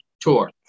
tour